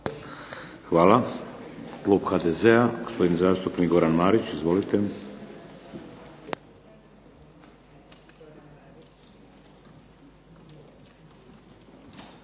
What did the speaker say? Hvala. Klub HDZ-a gospodin zastupnik Goran Marić. Izvolite.